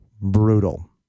brutal